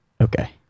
Okay